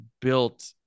built